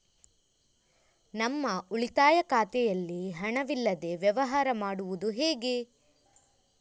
ನಮ್ಮ ಉಳಿತಾಯ ಖಾತೆಯಲ್ಲಿ ಹಣವಿಲ್ಲದೇ ವ್ಯವಹಾರ ಮಾಡುವುದು ಹೇಗೆ?